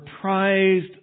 prized